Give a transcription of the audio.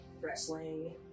wrestling